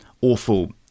awful